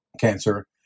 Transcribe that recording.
cancer